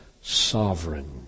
sovereign